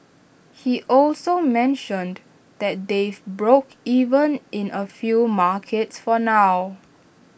he also mentioned that they've broke even in A few markets for now